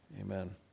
Amen